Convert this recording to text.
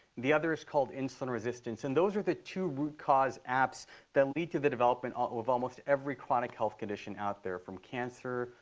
the other is called insulin resistance. and those are the two root cause apps that lead to the development ah of almost every chronic health condition out there, from cancer,